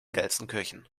gelsenkirchen